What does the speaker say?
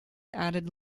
added